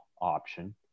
option